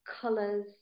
colors